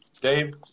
Dave